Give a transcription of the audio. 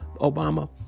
Obama